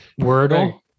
Wordle